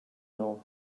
now